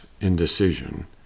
indecision